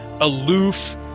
aloof